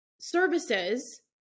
services